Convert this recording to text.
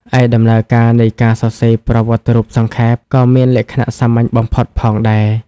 ឯដំណើរការនៃការសរសេរប្រវត្តិរូបសង្ខេប ក៏មានលក្ខណៈសាមញ្ញបំផុតផងដែរ។